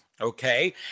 okay